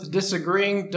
disagreeing